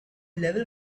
level